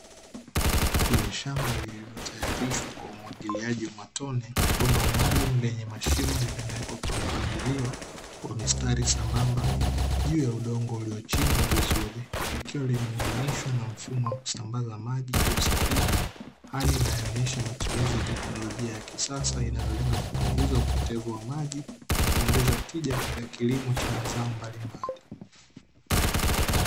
Kwenye shamba liliyotaharishwa kwa umwagiliaji wa matone, bomba maalumu lenye mashimo limewekwa kwa mpangilio wa mstari sambamba juu ya udongo uliochimbwa vizuri ikiwa imeunganishwa na mfumo wa kusambaza maji kwa usahihi. Hali inaonyesha matumizi ya kiteknolojia ya kisasa inayolenga kupunguza upotevu wa maji na kuongeza tija katika kilimo cha mazao mbalimbali.